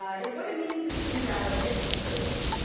and what it means is invalid hipps code.